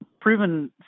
proven